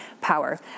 power